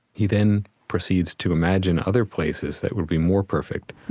he then proceeds to imagine other places that would be more perfect.